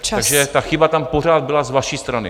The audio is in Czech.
Takže ta chyba tam pořád byla z vaší strany.